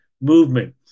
movement